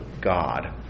God